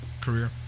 career